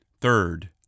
third